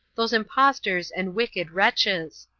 those impostors' and wicked wretches.